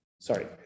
sorry